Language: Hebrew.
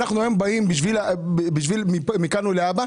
אנחנו היום מדברים על מכאן ולהבא.